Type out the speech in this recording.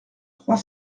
trois